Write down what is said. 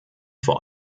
vor